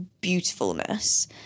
beautifulness